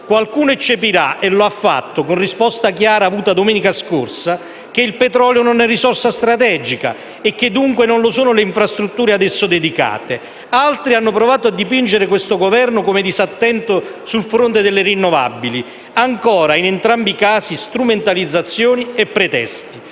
Qualcuno eccepirà - e lo ha fatto con risposta chiara avuta domenica scorsa - che il petrolio non è risorsa strategica, e che dunque non lo sono le infrastrutture ad esso dedicate; altri hanno provato a dipingere questo Governo come disattento sul fronte delle rinnovabili: ancora, in entrambi i casi, strumentalizzazioni e pretesti.